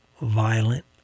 violent